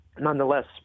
nonetheless